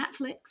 Netflix